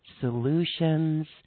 solutions